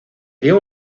dio